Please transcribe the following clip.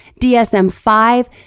DSM-5